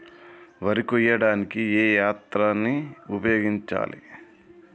వరి కొయ్యడానికి ఏ యంత్రాన్ని ఉపయోగించాలే?